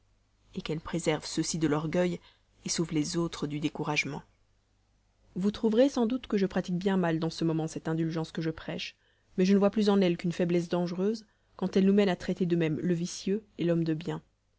bons qu'elle préserve ceux-ci de l'orgueil sauve les autres du découragement vous trouverez sans doute que je pratique bien mal dans ce moment cette indulgence que je prêche mais je ne vois plus en elle qu'une faiblesse dangereuse quand elle nous mène à traiter de même le vicieux l'homme de bien